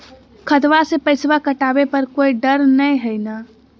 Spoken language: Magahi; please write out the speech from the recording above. खतबा से पैसबा कटाबे पर कोइ डर नय हय ना?